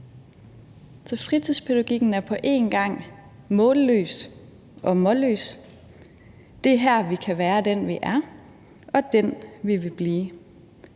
Så fritidspædagogikken er på en gang mål-løs og målløs. Det er her, vi kan være den, vi er, og den, vi vil blive.